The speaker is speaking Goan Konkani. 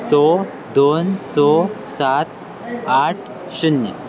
स दोन स सात आठ शुन्य